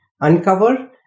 uncover